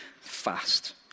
fast